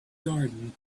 garden